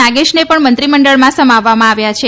નાગેશને પણ મંત્રી મંડળમાં સમાવવામાં આવ્યા છે